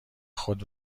خود